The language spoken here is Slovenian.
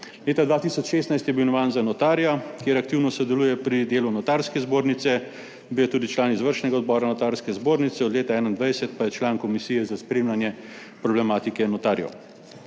Leta 2016 je bil imenovan za notarja, aktivno sodeluje pri delu Notarske zbornice, bil je tudi član izvršnega odbora Notarske zbornice, od leta 2021 pa je član Komisije za spremljanje problematike notarjev.